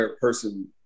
person